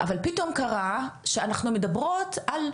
אבל פתאום קרה שאנחנו מדברות על "בסדר,